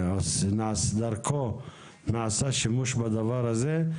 שדרכו נעשה שימוש בדבר הזה,